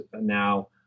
now